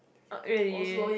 uh really